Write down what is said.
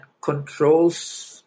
controls